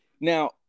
Now